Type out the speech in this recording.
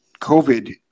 COVID